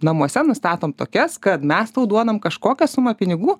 namuose nustatom tokias kad mes tau duodam kažkokią sumą pinigų